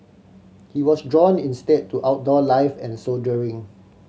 he was drawn instead to outdoor life and soldiering